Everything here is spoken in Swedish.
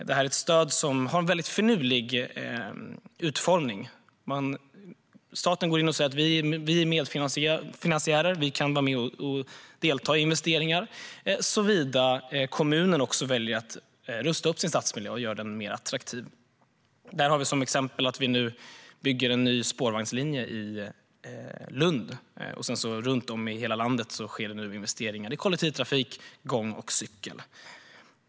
Det här är ett stöd som har en väldigt finurlig utformning. Staten kan gå in som medfinansiär och vara med och delta i investeringar såvida kommunen väljer att rusta upp sin stadsmiljö och göra den attraktivare. Ett exempel är att vi nu bygger en ny spårvagnslinje i Lund. Runt om i hela landet sker det investeringar i kollektivtrafik, gång och cykel.